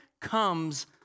comes